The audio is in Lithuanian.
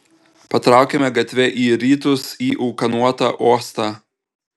patraukėme gatve į rytus į ūkanotą uostą